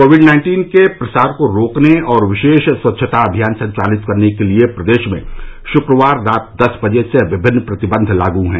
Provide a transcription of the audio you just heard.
Covid nineteen के प्रसार को रोकने और विशेष स्वच्छता अभियान संचालित करने के लिए प्रदेश में शुक्रवार रात दस बजे से विभिन्न प्रतिबंध लागू हैं